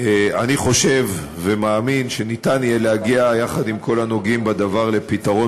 אני חושב ומאמין שניתן יהיה להגיע יחד עם כל הנוגעים בדבר לפתרון